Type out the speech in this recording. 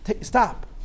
Stop